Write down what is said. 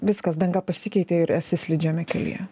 viskas danga pasikeitė ir esi slidžiame kelyje